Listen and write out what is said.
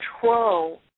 control